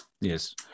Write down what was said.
Yes